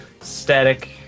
static